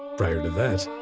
prior to that,